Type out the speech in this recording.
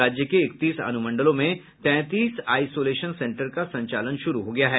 राज्य के इकतीस अनुमंडलों में तैंतीस आईसोलेशन सेन्टर का संचालन शुरू हो गया है